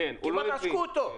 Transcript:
כמעט עשקו אותו,